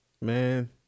Man